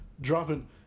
Dropping